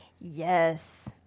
Yes